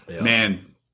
Man